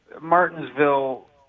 Martinsville